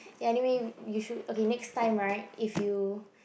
ya anyway we should okay next time right if you